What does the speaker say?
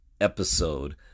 episode